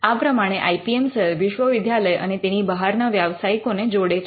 આ પ્રમાણે I P M cell વિશ્વવિદ્યાલય અને તેની બહાર ના વ્યાવસાયિકોને જોડે છે